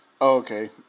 Okay